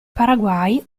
paraguay